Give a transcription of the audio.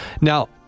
Now